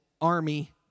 army